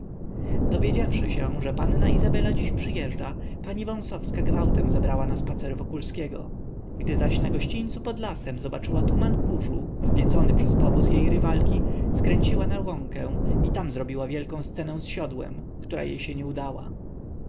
dowiedziawszy się że panna izabela dziś przyjeżdża pani wąsowska gwałtem zabrała na spacer wokulskiego gdy zaś na gościńcu pod lasem zobaczyła tuman kurzu wzniecony przez powóz jej rywalki skręciła na łąkę i tam zrobiła wielką scenę z siodłem która jej się nie udała